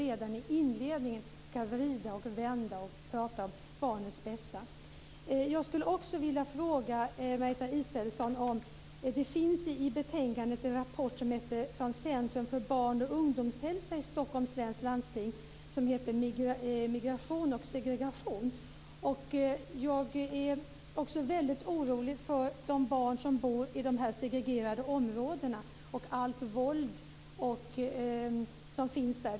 Redan i inledningen vrider och vänder vi på detta och pratar om barnets bästa. Jag skulle också vilja fråga Margareta Israelsson en annan sak. I betänkandet nämns en rapport från Centrum för barn och ungdomshälsa i Stockholms läns landsting som heter Migration till segregation. Jag är väldigt orolig för de barn som bor i de här segregerade områdena och allt våld som finns där.